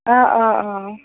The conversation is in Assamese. অঁ অঁ অঁ